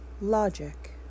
Logic